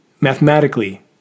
mathematically